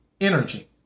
energy